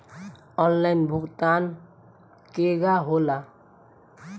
Online भुगतान केगा होला?